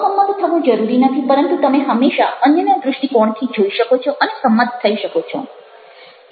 અસંમત થવું જરૂરી નથી પરંતુ તમે હંમેશા અન્યના દ્રષ્ટિકોણથી જોઈ શકો છો અને સંમત થઈ શકો છો